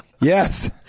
Yes